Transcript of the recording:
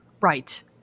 Right